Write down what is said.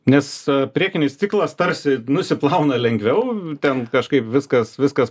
nes priekinis stiklas tarsi nusiplauna lengviau ten kažkaip viskas pavyksta